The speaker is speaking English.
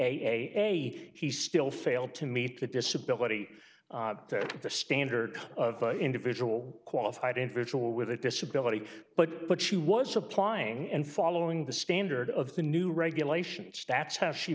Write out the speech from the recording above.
a he still failed to meet that disability that the standard of the individual qualified individual with a disability but what she was supplying and following the standard of the new regulations that's how she